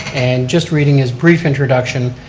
and just reading his brief introduction,